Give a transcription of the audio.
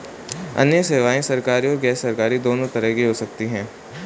अन्य सेवायें सरकारी और गैरसरकारी दोनों तरह की हो सकती हैं